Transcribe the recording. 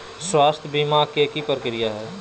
स्वास्थ बीमा के की प्रक्रिया है?